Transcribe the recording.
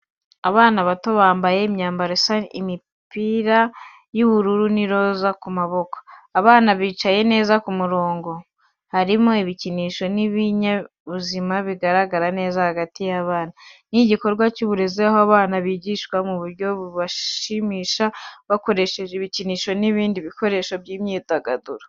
Abana bato bambaye imyambaro isa imipira y'ubururu n'iroza ku maboko. Abana bicaye neza ku murongo. Harimo ibikinisho n’ibinyabuzima bigaragara neza hagati y’abana. Ni igikorwa cy’uburezi aho abana bigishwa mu buryo bubashimisha bakoresheje ibikinisho n'ibindi ibikoresho by’imyidagaduro.